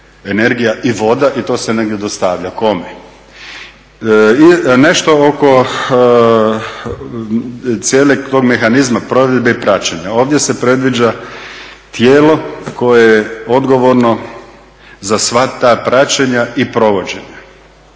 energija i voda i to se negdje dostavlja. Kome? I nešto oko cijelog tog mehanizma provedbe i praćenja. Ovdje se predviđa tijelo koje je odgovorno za sva ta praćenja i provođenja